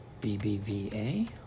BBVA